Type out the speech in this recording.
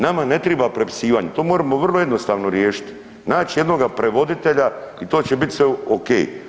Nama ne triba prepisivanje to moremo vrlo jednostavno riješiti, naći jednoga prevoditelja i to će sve biti ok.